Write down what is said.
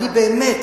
אני באמת,